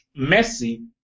Messi